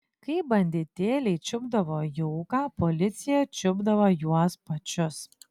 kai banditėliai čiupdavo jauką policija čiupdavo juos pačius